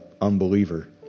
unbeliever